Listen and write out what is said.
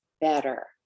better